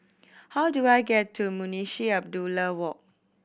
how do I get to Munshi Abdullah Walk